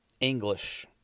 English